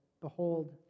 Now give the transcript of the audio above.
Behold